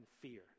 fear